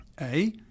A-